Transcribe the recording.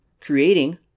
creating